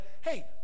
hey